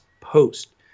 post